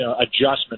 adjustment